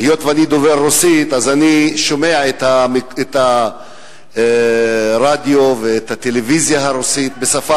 היות שאני דובר רוסית אני שומע את הרדיו והטלוויזיה בשפה